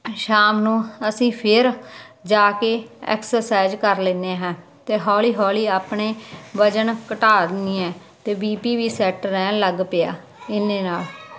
ਸ਼ਾਮ ਨੂੰ ਅਸੀਂ ਫਿਰ ਜਾ ਕੇ ਐਕਸਰਸਾਈਜ਼ ਕਰ ਲੈਦੇ ਹਾਂ ਤੇ ਹੌਲੀ ਹੌਲੀ ਆਪਣੇ ਵਜਨ ਘਟਾ ਦਿੰਨੀ ਹੈ ਤੇ ਬੀ ਪੀ ਵੀ ਸੈਟ ਰਹਿਣ ਲੱਗ ਪਿਆ ਇਹਨੇ ਨਾਲ